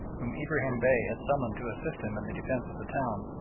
whom ibrahim bey had summoned to assist him in the defence of the town,